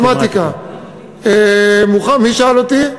במתמטיקה, מי שאל אותי?